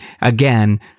again